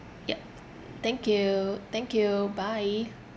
yup thank you thank you bye